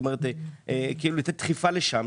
כלומר לתת דחיפה לשם,